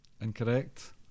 incorrect